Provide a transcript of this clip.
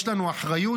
יש לנו אחריות.